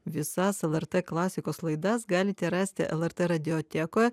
visas lrt klasikos laidas galite rasti lrt radiotekoe